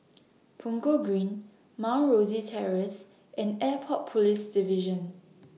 Punggol Green Mount Rosie Terrace and Airport Police Division